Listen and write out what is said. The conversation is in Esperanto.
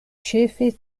ĉefe